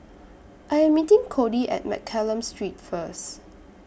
I Am meeting Codi At Mccallum Street First